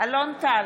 אלון טל,